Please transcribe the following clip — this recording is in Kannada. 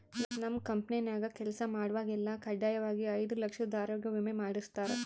ನಮ್ ಕಂಪೆನ್ಯಾಗ ಕೆಲ್ಸ ಮಾಡ್ವಾಗೆಲ್ಲ ಖಡ್ಡಾಯಾಗಿ ಐದು ಲಕ್ಷುದ್ ಆರೋಗ್ಯ ವಿಮೆ ಮಾಡುಸ್ತಾರ